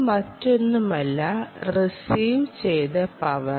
ഇത് മറ്റൊന്നുമല്ല റിസീവ് ചെയ്ത പവർ